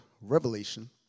revelation